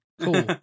Cool